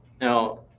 Now